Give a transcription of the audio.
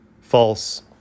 false